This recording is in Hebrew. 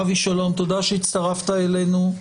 אבי, שלום, תודה שהצטרפת אלינו.